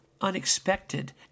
unexpected